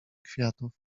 kwiatów